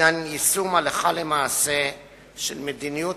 הינן יישום הלכה למעשה של מדיניות